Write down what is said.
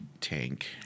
tank